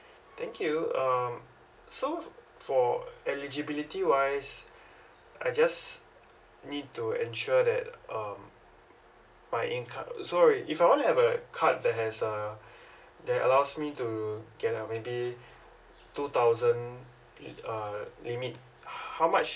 thank you um so for eligibility wise I just need to ensure that um my income uh sorry if I want to have a card that has uh that allows me to get a maybe two thousand li~ uh limit how much